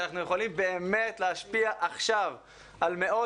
שאנחנו יכולים באמת להשפיע עכשיו על מאות